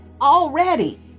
already